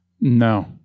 No